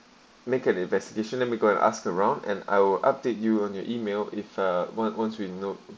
make an investigation let me go and ask around and I will update you on your email if uh once once we note